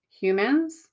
humans